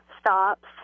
stops